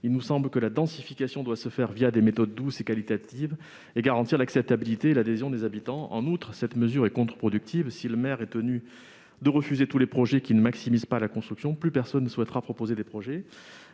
Il nous semble que la densification doit se faire des méthodes douces et qualitatives et garantir l'acceptabilité et l'adhésion des habitants. En outre, cette mesure est contre-productive : si le maire est tenu de refuser tous les projets qui ne maximisent pas la construction, plus personne ne souhaitera proposer de projets,